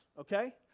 okay